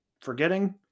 forgetting